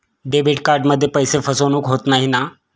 Debit कार्डमध्ये पैसे फसवणूक होत नाही ना?